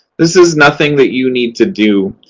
this is nothing that you need to do,